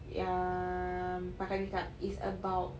yang pakai makeup it's about